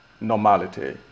normality